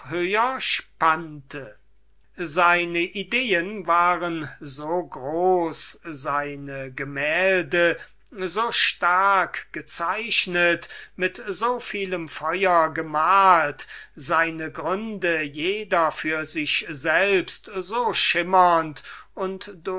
spannte seine ideen waren so groß seine gemälde so stark gezeichnet mit so vielem feuer gemalt seine gründe jeder für sich selbst so schimmernd und